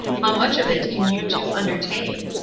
how much of it can you two undertake?